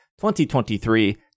2023